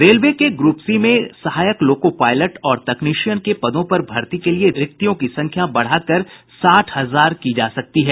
railway के group C में सहायक लोको पायलट और तकनीशियन के पदों पर भर्ती के लिये रिक्तियों की संख्या बढ़ाकर साठ हजार की जा सकती है